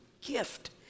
gift